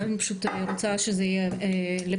אני רוצה שזה יהיה בפרוטוקול.